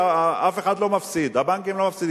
מזה אף אחד לא מפסיד, הבנקים לא מפסידים.